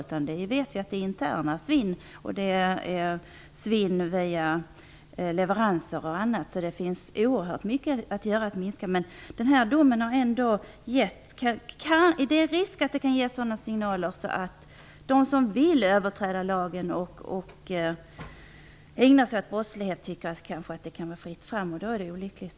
Vi vet ju att det är interna svinn och svinn via leveranser. Det finns oerhört mycket att göra för att minska svinnet. Men det finns risk för att den här domen kan ge sådana signaler att de som vill överträda lagen och ägna sig åt brottslighet kanske tycker att det är fritt fram, och då är det olyckligt.